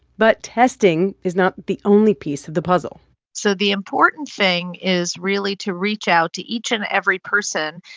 but testing is not the only piece of the puzzle so the important thing is really to reach out to each and every person,